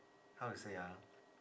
how to say ah